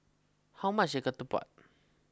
how much is Ketupat